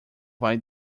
vai